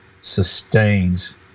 sustains